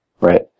right